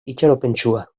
itxaropentsua